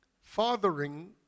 Fathering